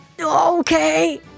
Okay